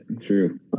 true